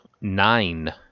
Nine